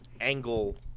angle